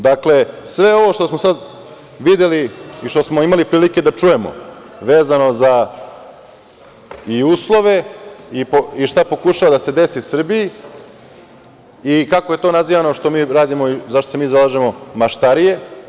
Dakle, sve ovo što smo sada videli i što smo imali prilike da čujemo vezano za uslove i šta pokušava da se desi Srbiji i kako je to nazivano što mi radimo i za šta se mi zalažemo, maštarije.